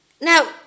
Now